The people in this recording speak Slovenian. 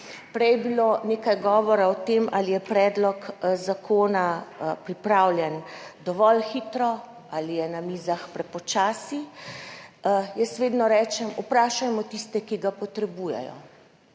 Prej je bilo nekaj govora o tem, ali je predlog zakona pripravljen dovolj hitro ali je na mizah prepočasi. Jaz vedno rečem, vprašajmo tiste, ki ga potrebujejo.